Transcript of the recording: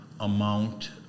Amount